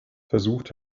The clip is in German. versucht